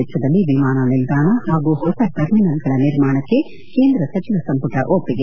ವೆಚ್ವದಲ್ಲಿ ವಿಮಾನ ನಿಲ್ದಾಣ ಹಾಗೂ ಹೊಸ ಟರ್ಮಿನಲ್ಗಳ ನಿರ್ಮಾಣಕ್ಕೆ ಕೇಂದ್ರ ಸಚಿವ ಸಂಪುಟ ಒಪ್ಪಿಗೆ